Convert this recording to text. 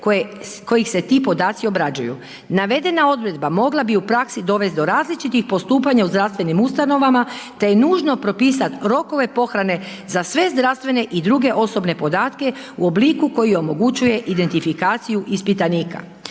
kojih se ti podaci obrađuju. Navedena odredba mogla bi u praksi dovesti do različitih postupanja u zdravstvenim ustanovama te je nužno propisat rokove pohrane za sve zdravstvene i druge osobne podatke u obliku koji omogućuje identifikaciju ispitanika.